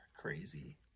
crazy